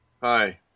Hi